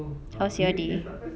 how's your day